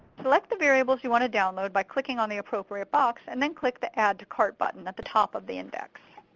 select the variables you want to download by clicking on the appropriate box, and then click the add to cart button at the top of the index.